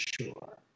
sure